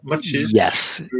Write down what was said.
yes